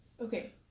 Okay